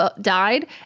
died